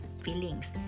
feelings